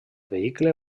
vehicle